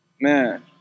man